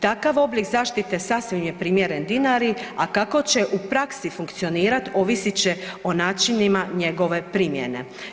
Takav oblik zaštite sasvim je primjeren Dinari, a kako će u praksi funkcionirati ovisit će o načinima njegove primjene.